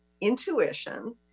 intuition